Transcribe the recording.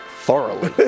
thoroughly